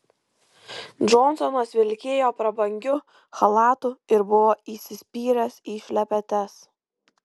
džonsonas vilkėjo prabangiu chalatu ir buvo įsispyręs į šlepetes